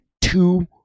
two